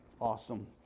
awesome